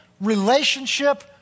relationship